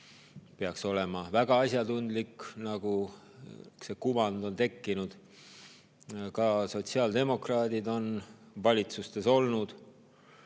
olema väga asjatundlik, selline kuvand on tekkinud. Ka sotsiaaldemokraadid on valitsustes olnud.